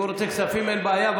הוא רוצה כספים, אין בעיה.